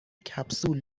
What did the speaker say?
کپسول